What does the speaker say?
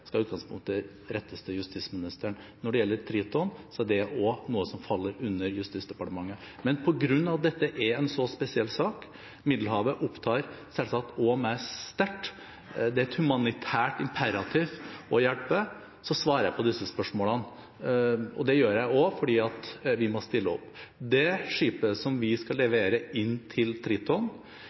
skal i utgangspunktet rettes til justisministeren. Når det gjelder Triton, er det også noe som faller inn under Justisdepartementet. Men på grunn av at dette er en så spesiell sak – Middelhavet opptar selvsagt meg også sterkt, det er et humanitært imperativ å hjelpe – så svarer jeg på disse spørsmålene, og det gjør jeg også fordi vi må stille opp. Det skipet som vi skal levere inn til Triton,